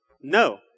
No